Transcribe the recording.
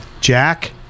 Jack